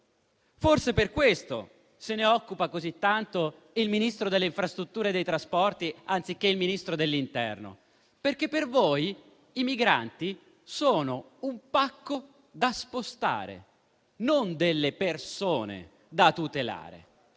Forse per questo se ne occupa così tanto il Ministro delle infrastrutture e dei trasporti anziché il Ministro dell'interno, perché per voi i migranti sono un pacco da spostare, non persone da tutelare.